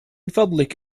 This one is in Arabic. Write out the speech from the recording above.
فضلك